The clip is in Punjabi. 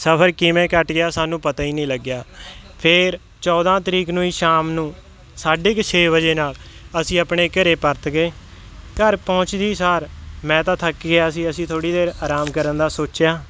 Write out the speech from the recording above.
ਸਫ਼ਰ ਕਿਵੇਂ ਕੱਟ ਗਿਆ ਸਾਨੂੰ ਪਤਾ ਹੀ ਨਹੀਂ ਲੱਗਿਆ ਫੇਰ ਚੌਦ੍ਹਾਂ ਤਰੀਕ ਨੂੰ ਹੀ ਸ਼ਾਮ ਨੂੰ ਸਾਢੇ ਕੁ ਛੇ ਵਜੇ ਨਾਲ ਅਸੀਂ ਆਪਣੇ ਘਰ ਪਰਤ ਗਏ ਘਰ ਪਹੁੰਚਦੇ ਸਾਰ ਮੈਂ ਤਾਂ ਥੱਕ ਗਿਆ ਸੀ ਅਸੀਂ ਥੋੜ੍ਹੀ ਦੇਰ ਆਰਾਮ ਕਰਨ ਦਾ ਸੋਚਿਆ